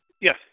Yes